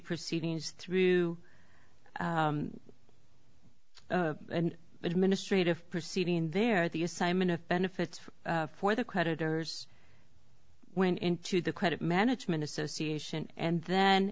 proceedings through an administrative proceeding there the assignment of benefits for the creditors went into the credit management association and then